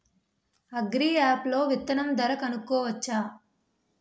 Agri app లో విత్తనం ధర కనుకోవచ్చా?